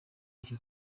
iki